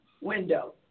window